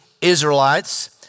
Israelites